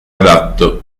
adatto